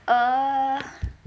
err